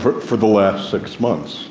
for for the last six months.